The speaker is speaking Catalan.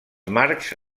marcs